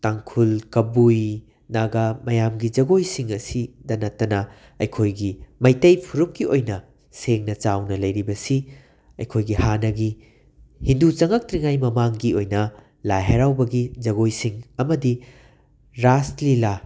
ꯇꯥꯡꯈꯨꯜ ꯀꯕꯨꯏ ꯅꯒꯥ ꯃꯌꯥꯝꯒꯤ ꯖꯒꯣꯏꯁꯤꯡ ꯑꯁꯤꯗ ꯅꯠꯇꯅ ꯑꯩꯈꯣꯏꯒꯤ ꯃꯩꯇꯩ ꯐꯨꯔꯨꯞꯀꯤ ꯑꯣꯏꯅ ꯁꯦꯡꯅ ꯆꯥꯎꯅ ꯂꯩꯔꯤꯕꯁꯤ ꯑꯩꯈꯣꯏꯒꯤ ꯍꯥꯟꯅꯒꯤ ꯍꯤꯟꯗꯨ ꯆꯪꯂꯛꯇ꯭ꯔꯤꯉꯩ ꯃꯃꯥꯡꯒꯤ ꯑꯣꯏꯅ ꯂꯥꯏ ꯍꯔꯥꯎꯕꯒꯤ ꯖꯒꯣꯏꯁꯤꯡ ꯑꯃꯗꯤ ꯔꯥꯁ ꯂꯤꯂꯥ